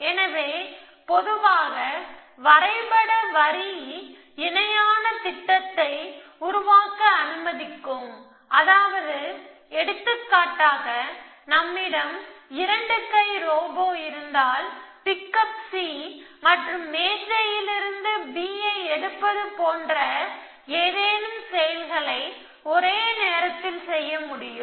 எனவே பொதுவாக வரைபட வரி இணையான திட்டத்தை உருவாக்க அனுமதிக்கும் அதாவது எடுத்துக்காட்டாக நம்மிடம் இரண்டு கை ரோபோ இருந்தால் பிக்கப் C மற்றும் மேஜையில் இருந்து B ஐ எடுப்பது போன்ற ஏதேனும் செயல்களை ஒரே நேரத்தில் செய்ய முடியும்